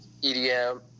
EDM